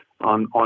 on